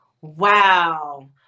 wow